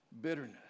bitterness